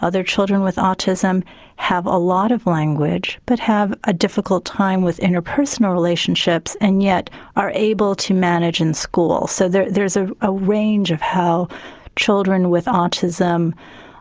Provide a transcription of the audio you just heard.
other children with autism have a lot of language but have a difficult time with inter-personal relationships and yet are able to manage in school. so there's there's ah a range of how children with autism